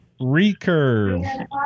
Recurve